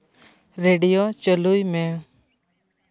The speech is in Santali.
ᱨᱮᱰᱤᱭᱳ ᱪᱟᱹᱞᱩᱭ ᱢᱮ